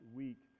week